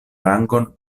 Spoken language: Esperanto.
rangon